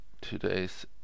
today's